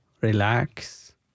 relax